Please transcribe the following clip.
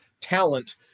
talent